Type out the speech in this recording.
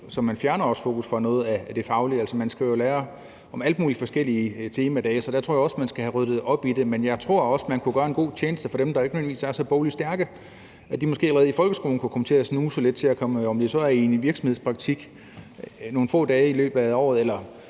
så man fjerner fokus fra noget af det faglige; altså, man skal jo lære om alt muligt med forskellige temadage. Jeg tror, man skal have ryddet op i det. Men jeg tror også, at man kunne gøre dem, der ikke nødvendigvis er så bogligt stærke, en stor tjeneste, hvis de allerede i folkeskolen kunne komme til at snuse lidt til noget praktisk, om det så er i en virksomhedspraktik nogle få dage i løbet af året